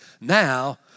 now